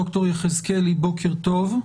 ד"ר יחזקאלי, בוקר טוב,